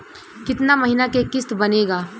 कितना महीना के किस्त बनेगा?